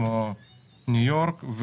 כמו ניו יורק,